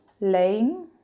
laying